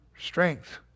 strength